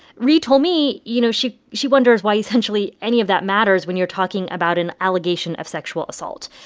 reade told me, you know, she she wonders why, essentially, any of that matters when you're talking about an allegation of sexual assault.